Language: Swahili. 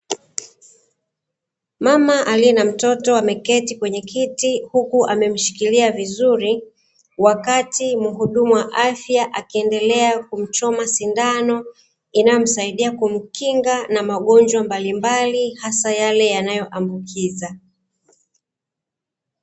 Mama aliye na mtoto ameketi kwenye kiti huku amemshikilia vizuri, wakati mhudumu wa afya akiendelea kumchoma sindano, inayomsaidia kumkinga na magonjwa mbalimbali hasa yale yanayoambukiza.